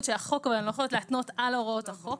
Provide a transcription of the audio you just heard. והן לא יכולות להתנות על הוראות החוק.